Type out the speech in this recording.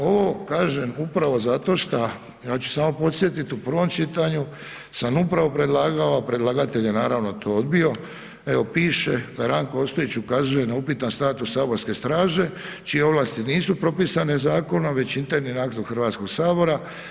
Ovo kažem upravo zato, ja ću samo podsjetiti u prvom čitanju sam upravo predlagao, a predlagatelj je naravno to odbio, evo piše da Ranko Ostojić ukazuje na upitan status Saborske straže čije ovlasti nisu propisane zakonom već internim aktom Hrvatskog sabora.